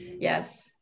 Yes